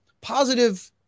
positive